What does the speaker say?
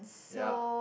yea